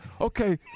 okay